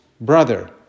brother